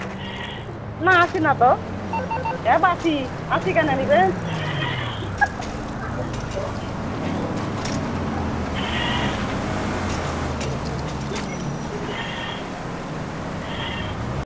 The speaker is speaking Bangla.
না আশি না তো এব আশি আশি কেন নিবেন